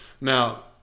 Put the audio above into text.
Now